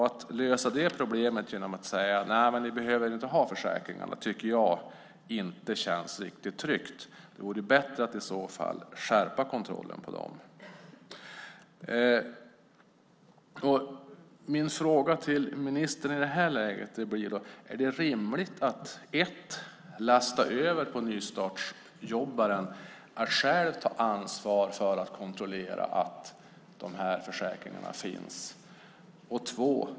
Att lösa problemet genom att säga att nej, ni behöver inte ha försäkringarna, tycker jag inte känns riktigt tryggt. Det vore bättre att skärpa kontrollen av dem. Mina frågor till ministern i det här läget blir då: Är det för det första rimligt att lasta över på nystartsjobbaren att själv ta ansvar för att kontrollera att försäkringarna finns?